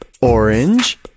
Orange